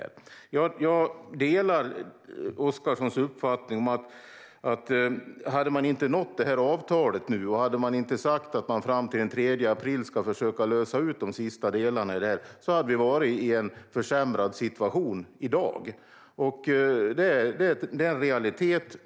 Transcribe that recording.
Jag delar Oscarssons uppfattning att om man inte hade nått detta avtal nu och om man inte hade sagt att man fram till den 3 april ska försöka lösa de sista delarna hade vi varit i en försämrad situation i dag. Det är en realitet.